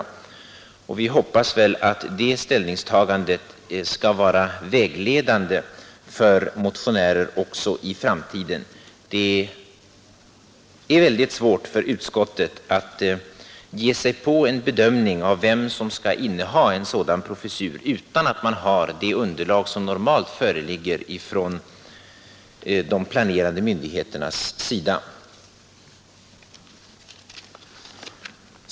Vi hoppas väl att det ställningstagandet skall vara vägledande för motionärer också i framtiden. Det är väldigt svårt för utskottet att ge sig in på en bedömning av vem som skall inneha en sådan professur utan att man har det underlag som normalt föreligger ifrån de planerande myndigheternas sida.